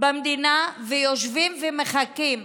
במדינה ויושבים ומחכים.